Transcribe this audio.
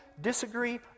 ...disagree